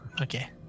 okay